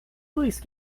please